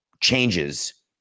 changes